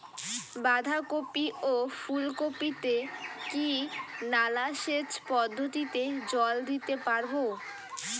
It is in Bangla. বাধা কপি ও ফুল কপি তে কি নালা সেচ পদ্ধতিতে জল দিতে পারবো?